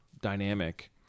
dynamic